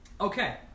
Okay